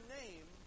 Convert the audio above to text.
name